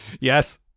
Yes